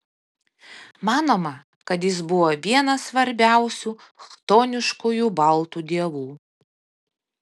manoma kad jis buvo vienas svarbiausių chtoniškųjų baltų dievų